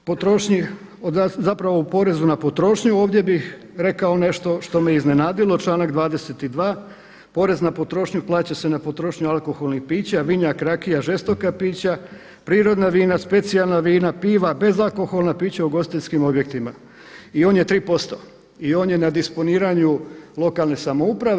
U potrošnji, zapravo u porezu na potrošnju, ovdje bih rekao nešto što me iznenadilo, članak 22. porez na potrošnju plaća se na potrošnju alkoholnih pića (vinjak, rakija, žestoka pića), prirodna vina, specijalna vina, piva, bezalkoholna pića ugostiteljskim objektima i on je 3% i on je na disponiranju lokalne samouprave.